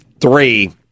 three